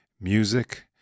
music